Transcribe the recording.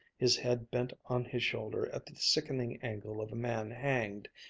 his head bent on his shoulder at the sickening angle of a man hanged,